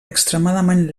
extremadament